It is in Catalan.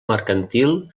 mercantil